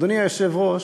אדוני היושב-ראש,